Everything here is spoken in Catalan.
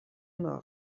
nord